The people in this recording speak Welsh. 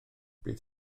bydd